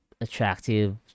attractive